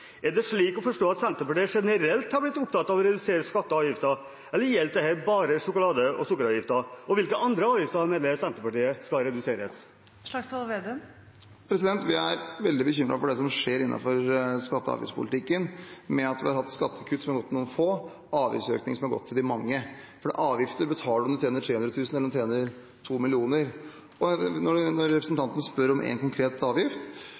Er det slik å forstå at Senterpartiet generelt har blitt opptatt av å redusere skatter og avgifter, eller gjelder dette bare sjokolade- og sukkeravgiften? Hvilke andre avgifter mener Senterpartiet skal reduseres? Vi er veldig bekymret for det som skjer innenfor skatte- og avgiftspolitikken med at vi har hatt skattekutt som har gått til noen få, og avgiftsøkning som har gått til de mange, for avgifter betaler man om man tjener 300 000 kr eller 2 000 000 kr. Når representanten spør om en konkret avgift,